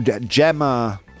Gemma